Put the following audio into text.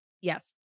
Yes